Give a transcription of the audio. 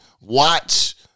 Watch